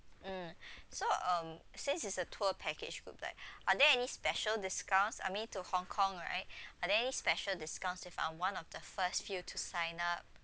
mm so um since it's a tour package group right are there any special discounts I mean to Hong-Kong right are there any special discounts if I'm one of the first few to sign up